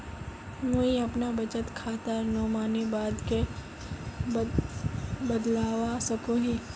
मुई अपना बचत खातार नोमानी बाद के बदलवा सकोहो ही?